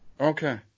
Okay